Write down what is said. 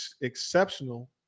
exceptional